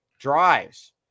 drives